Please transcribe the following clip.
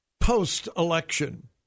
post-election